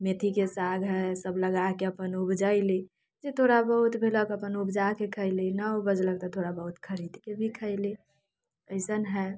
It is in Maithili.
मेथीके साग हय सब लगाके अपन उपजैली जे थोड़ा बहुत भेलक अपन उपजाके खयली नहि उपजलक तऽ थोड़ा बहुत खरीदके भी खयली अइसन हय